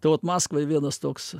vot maskvoj vienas toks